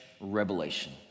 revelation